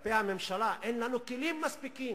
כלפי הממשלה, אין לנו כלים מספיקים.